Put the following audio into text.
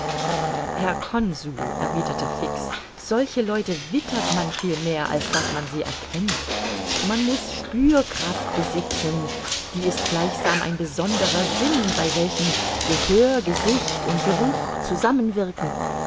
herr consul erwiderte fix solche leute wittert man vielmehr als daß man sie erkennt man muß spürkraft besitzen die ist gleichsam ein besonderer sinn bei welchem gehör gesicht und geruch